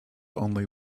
only